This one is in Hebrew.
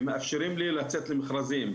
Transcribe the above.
ומאפשרים לי לצאת למכרזים,